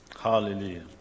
Hallelujah